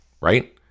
right